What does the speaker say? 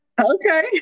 Okay